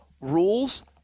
rules